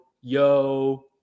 Yo